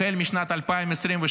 החל משנת 2026,